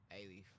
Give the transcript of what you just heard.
A-Leaf